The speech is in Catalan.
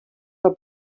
del